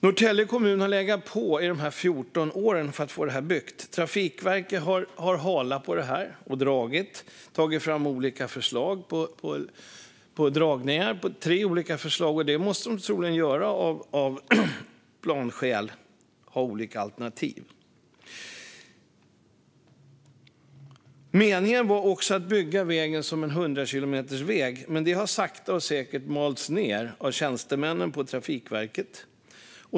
Norrtälje kommun har under de här 14 åren legat på för att få detta byggt, och Trafikverket har förhalat och dragit på det. Man har tagit fram tre olika förslag på dragningar. Det måste man troligen göra av planskäl, det vill säga ha olika alternativ. Meningen var också att vägen skulle byggas som en 100-väg, men det har sakta men säkert malts ned av tjänstemännen på Trafikverket.